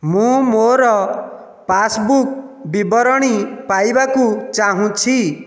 ମୁଁ ମୋ'ର ପାସ୍ବୁକ୍ ବିବରଣୀ ପାଇବାକୁ ଚାହୁଁଛି